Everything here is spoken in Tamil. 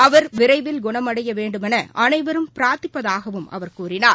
அவர் விரைவில் குணமடையவேண்டுமெனஅனைவரும் பிரார்த்திப்பதாகவும் அவர் கூறினார்